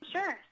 Sure